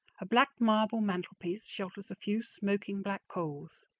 a black marble mantelpiece shelters a few smoking black coals.